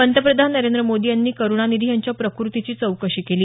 पंतप्रधान नरेंद्र मोदी यांनी करुणानिधी यांच्या प्रकृतीची चौकशी केली